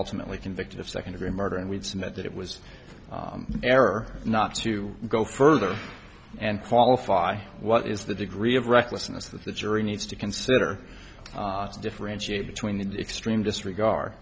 ultimately convicted of second degree murder and we submit that it was an error not to go further and qualify what is the degree of recklessness that the jury needs to consider to differentiate between the extreme disregard